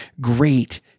Great